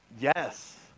Yes